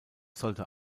sollte